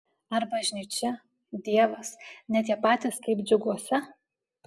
ar bažnyčia dievas ne tie patys kaip džiuguose